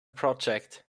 project